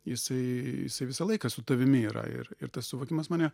jisai jisai visą laiką su tavimi yra ir ir tas suvokimas mane